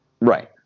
right